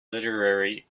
literary